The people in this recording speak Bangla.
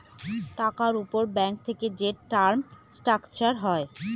টাকার উপর ব্যাঙ্ক থেকে যে টার্ম স্ট্রাকচার হয়